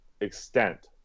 extent